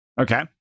Okay